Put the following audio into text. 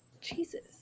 Jesus